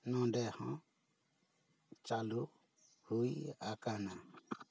ᱱᱚᱸᱰᱮ ᱦᱚᱸ ᱪᱟᱹᱞᱩ ᱦᱩᱭ ᱟᱠᱟᱱᱟ